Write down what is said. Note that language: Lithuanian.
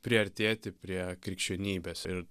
priartėti prie krikščionybės ir